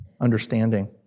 understanding